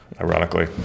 ironically